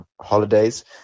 holidays